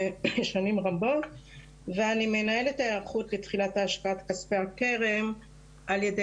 שנים רבות ואני מנהלת ההיערכות לתחילת השקעת כספי הקרן על ידי